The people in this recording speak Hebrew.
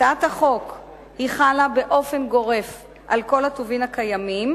הצעת החוק חלה באופן גורף על כל הטובין הקיימים,